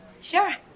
Sure